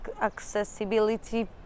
accessibility